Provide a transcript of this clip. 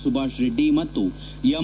ಸುಭಾಷ್ ರೆಡ್ಡಿ ಮತ್ತು ಎಂ